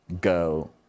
go